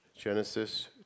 Genesis